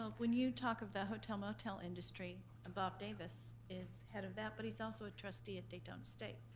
when you talk of the hotel motel industry, and bob davis is head of that, but he's also a trustee at daytona state.